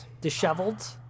disheveled